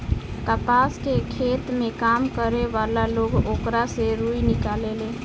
कपास के खेत में काम करे वाला लोग ओकरा से रुई निकालेले